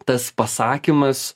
tas pasakymas